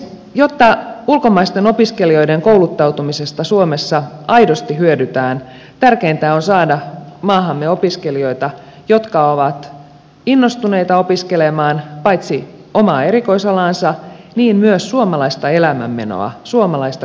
jotta ulkomaisten opiskelijoiden kouluttautumisesta suomessa aidosti hyödytään tärkeintä on saada maahamme opiskelijoita jotka ovat innostuneita opiskelemaan paitsi omaa erikoisalaansa myös suomalaista elämänmenoa suomalaista kulttuuria